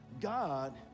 God